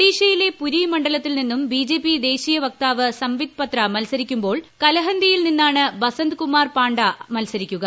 ഒഡീഷയിലെ പുരി മണ്ഡലത്തിൽ നിന്നും ബി ജെ പി ദേശീയ വക്താവ് സംപീത് പത്ര മത്സരിക്കുമ്പോൾ കലഹന്ദിയിൽ നിന്നാണ് ബസന്ത് കുമാർ പാണ്ഡ മത്സരിക്കുക